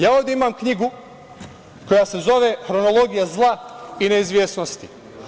Ja ovde imam knjigu koja se zove „Hronologija zla i neizvesnosti“